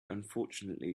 unfortunately